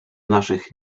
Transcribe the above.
naszych